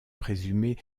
présumée